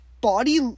body